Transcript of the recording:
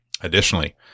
Additionally